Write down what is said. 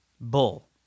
Bull